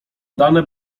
dane